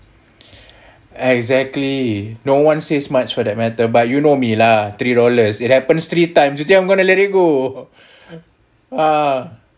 exactly no one says much for that matter but you know me lah three dollars it happens three times you think I'm going to let it go ah